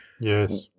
Yes